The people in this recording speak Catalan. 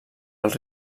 els